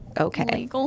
okay